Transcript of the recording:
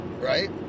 right